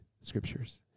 scriptures